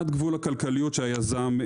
עד גבול הכלכליות של היזם.